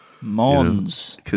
Mons